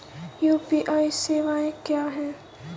UPI सवायें क्या हैं?